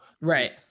Right